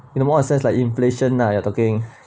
you know more in a sense like inflation lah you're talking